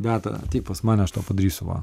beata pas mane aš tau padarysiu va